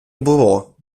було